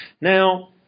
Now